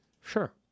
Sure